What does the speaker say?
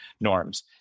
norms